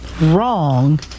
wrong